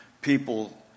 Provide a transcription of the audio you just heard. people